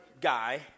guy